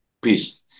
Peace